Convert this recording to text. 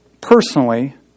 personally